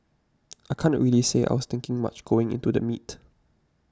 I can't really say I was thinking much going into the meet